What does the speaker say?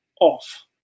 off